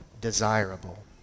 desirable